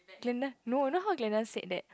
glendon no you know how glendon said that